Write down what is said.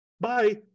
Bye